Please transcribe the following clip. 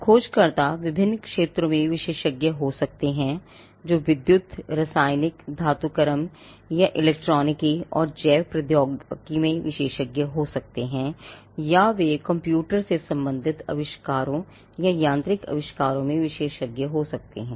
खोजकर्ता विभिन्न क्षेत्रों में विशेषज्ञ हो सकते हैं जो विद्युत रासायनिक धातुकर्म या इलेक्ट्रॉनिकी और जैव प्रौद्योगिकी में विशेषज्ञ हो सकते हैं या वे कंप्यूटर से संबंधित आविष्कारों या यांत्रिक आविष्कारों में विशेषज्ञ हो सकते हैं